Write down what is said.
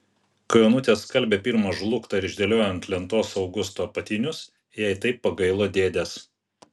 kai onutė skalbė pirmą žlugtą ir išdėliojo ant lentos augusto apatinius jai taip pagailo dėdės